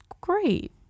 great